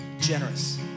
generous